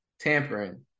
tampering